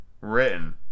written